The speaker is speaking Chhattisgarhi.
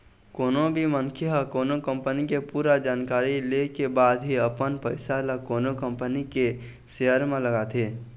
कोनो भी मनखे ह कोनो कंपनी के पूरा जानकारी ले के बाद ही अपन पइसा ल कोनो कंपनी के सेयर म लगाथे